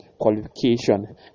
qualification